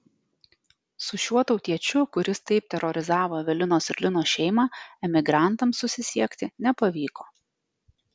su šiuo tautiečiu kuris taip terorizavo evelinos ir lino šeimą emigrantams susisiekti nepavyko